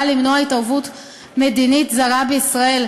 למנוע התערבות מדינית זרה בישראל,